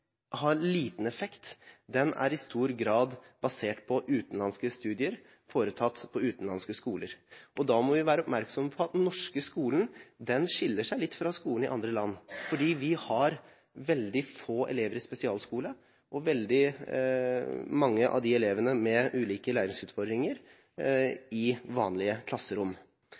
liten effekt, er i stor grad basert på utenlandske studier foretatt på utenlandske skoler. Da må vi være oppmerksom på at den norske skolen skiller seg litt fra skolen i andre land, fordi vi har veldig få elever i spesialskole og veldig mange elever med ulike læringsutfordringer i vanlige klasserom.